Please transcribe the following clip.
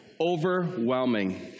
Overwhelming